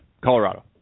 Colorado